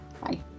Bye